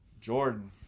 Jordan